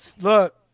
look